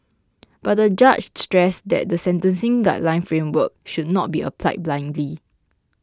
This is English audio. but the judge stressed that the sentencing guideline framework should not be applied blindly